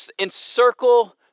encircle